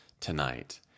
tonight